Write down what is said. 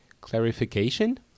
clarification